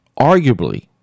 arguably